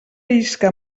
isca